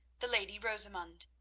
the lady rosamund,